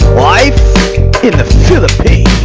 live in the philippines